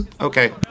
okay